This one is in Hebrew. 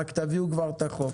רק תביאו כבר את החוק.